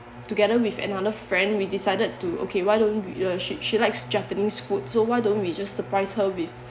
together with another friend we decided to okay why don't w~ uh she she likes japanese food so why don't we just surprise her with